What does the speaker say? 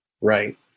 Right